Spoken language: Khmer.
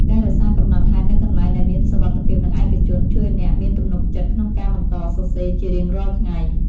ការរក្សាកំណត់ហេតុនៅកន្លែងដែលមានសុវត្ថិភាព និងឯកជន ជួយឱ្យអ្នកមានទំនុកចិត្តក្នុងការបន្តសរសេរជារៀងរាល់ថ្ងៃ។